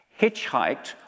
hitchhiked